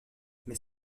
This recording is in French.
mais